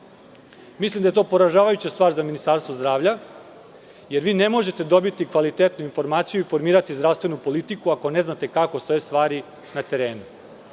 Mislim da je to poražavajuća stvar za Ministarstvo zdravlja, jer vi ne možete dobiti kvalitetnu informaciju i formirati zdravstvenu politiku ukoliko ne znate kako stoje stvari na terenu. Kako